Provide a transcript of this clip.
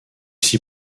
six